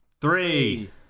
Three